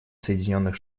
соединенных